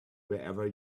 wherever